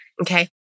Okay